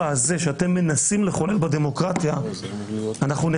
הזה שאתם מנסים לחולל בדמוקרטיה נסכל.